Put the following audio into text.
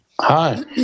Hi